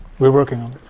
we're working on